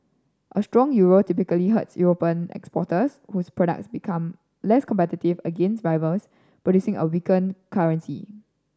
a strong euro typically hurts European exporters whose products become less competitive against rivals producing a weaken currency